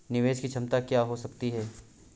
निवेश की क्षमता क्या हो सकती है?